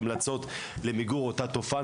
המלצות למיגור אותה תופעה.